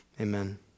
Amen